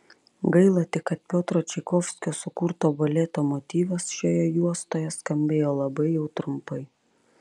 gaila tik kad piotro čaikovskio sukurto baleto motyvas šioje juostoje skambėjo labai jau trumpai